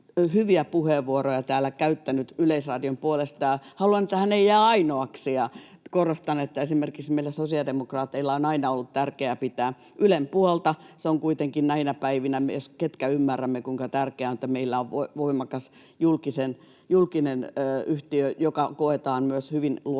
hyviä puheenvuoroja täällä käyttänyt Yleisradion puolesta, ja haluan, että hän ei jää ainoaksi. Korostan, että esimerkiksi meillä sosiaalidemokraateilla on aina ollut tärkeää pitää Ylen puolta, ja näinäkin päivinä ymmärrämme, kuinka tärkeää on, että meillä on voimakas julkinen yhtiö, joka koetaan myös hyvin luotettavaksi.